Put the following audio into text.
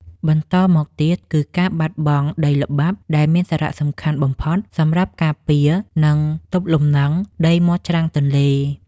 បន្តមកទៀតគឺការបាត់បង់ដីល្បាប់ដែលមានសារៈសំខាន់បំផុតសម្រាប់ការការពារ និង ទប់លំនឹងដីមាត់ច្រាំងទន្លេ។